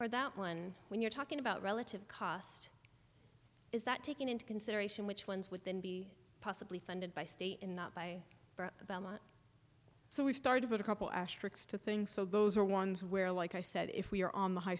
for that one when you're talking about relative cost is that taken into consideration which ones would then be possibly funded by state and not by so we started a couple ash tricks to things so those are ones where like i said if we are on the high